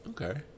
Okay